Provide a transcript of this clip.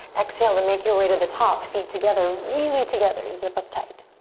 exhale to make your way to the top. feet together, really together. zip up tight.